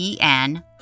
en